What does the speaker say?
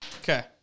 Okay